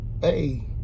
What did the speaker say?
hey